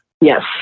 yes